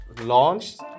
launched